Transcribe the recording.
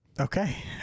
okay